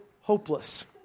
hopeless